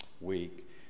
week